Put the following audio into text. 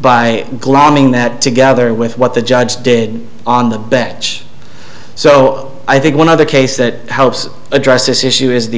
by glomming that together with what the judge did on the bench so i think one other case that helps address this issue is the